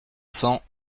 cents